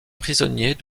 prisonniers